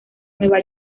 nueva